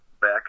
back